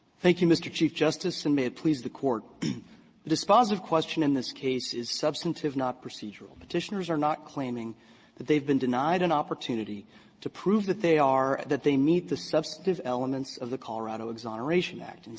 thank you, mr. chief justice and may it please the court the dispositive question in this case is substantive, not procedural. petitioners are not claiming that they've been denied an opportunity to prove that they are that they meet the substantive elements of the colorado exoneration act. and